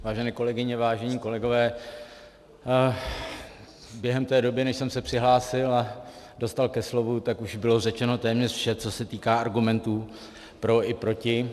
Vážené kolegyně, vážení kolegové, během té doby, než jsem se přihlásil a dostal ke slovu, tak už bylo řečeno téměř vše, co se týká argumentů pro i proti.